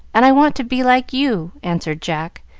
and i want to be like you, answered jack,